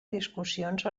discussions